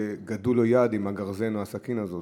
גדעו לו יד עם הגרזן או הסכין הזאת.